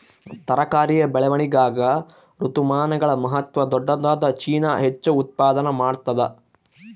ತರಕಾರಿಯ ಬೆಳವಣಿಗಾಗ ಋತುಮಾನಗಳ ಮಹತ್ವ ದೊಡ್ಡದಾದ ಚೀನಾ ಹೆಚ್ಚು ಉತ್ಪಾದನಾ ಮಾಡ್ತದ